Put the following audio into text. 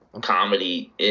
comedy